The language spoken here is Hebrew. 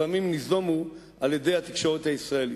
לפעמים ניזומו על-ידי התקשורת הישראלית.